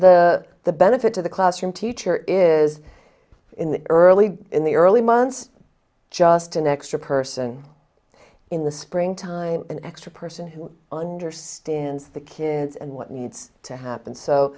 the the benefit to the classroom teacher is in the early in the early months just an extra person in the spring time an extra person who understands the kids and what needs to happen so